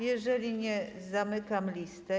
Jeżeli nie, zamykam listę.